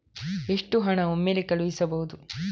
ಎಷ್ಟು ಹಣ ಒಮ್ಮೆಲೇ ಕಳುಹಿಸಬಹುದು?